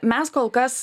mes kol kas